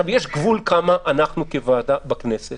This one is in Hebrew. אנחנו כוועדה בכנסת